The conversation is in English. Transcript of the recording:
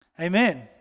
Amen